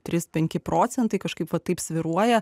trys penki procentai kažkaip va taip svyruoja